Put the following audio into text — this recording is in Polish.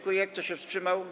Kto się wstrzymał?